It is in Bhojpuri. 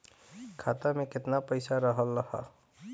खाता में केतना पइसा रहल ह?